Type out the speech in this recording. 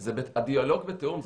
הדיאלוג בתיאום.